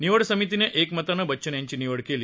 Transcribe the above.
निवड समितीनं एकमताने बच्चन यांची निवड केली